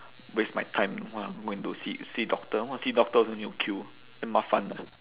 waste my time !wah! go and to see see doctor want to see doctor also need to queue damn 麻烦 lah